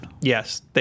Yes